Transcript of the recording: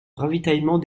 ravitaillement